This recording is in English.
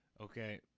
Okay